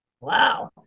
Wow